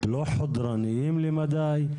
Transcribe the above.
לא חודרניים מדיי,